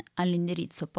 all'indirizzo